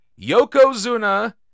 Yokozuna